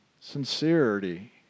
sincerity